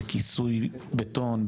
בכיסוי בטון,